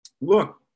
look